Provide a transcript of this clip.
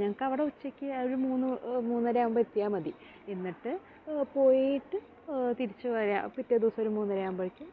ഞങ്ങൾക്ക് അവിടെ ഉച്ചയ്ക്ക് ഒരു മൂന്ന് മൂന്നരയാവുമ്പോൾ എത്തിയാൽ മതി എന്നിട്ട് പോയിട്ട് തിരിച്ച് വരാം പിറ്റേ ദിവസം ഒരു മൂന്നര ആവുമ്പോഴേക്കും